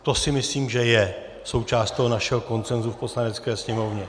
To si myslím, že je součást toho našeho konsenzu v Poslanecké sněmovně.